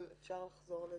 אבל אפשר לחזור לזה.